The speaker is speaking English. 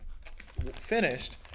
finished